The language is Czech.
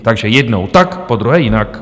Takže jednou tak, podruhé jinak.